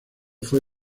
fue